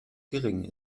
gering